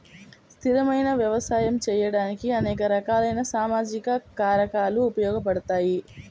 స్థిరమైన వ్యవసాయం చేయడానికి అనేక రకాలైన సామాజిక కారకాలు ఉపయోగపడతాయి